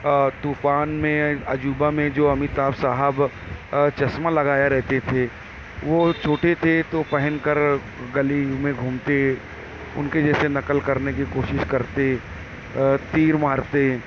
طوفان میں عجوبہ میں جو امیتابھ صاحب چشمہ لگائے رہتے تھے وہ چھوٹے تھے تو پہن کر گلیوں میں گھومتے ان کے جیسے نقل کرنے کی کوشش کرتے تیر مارتے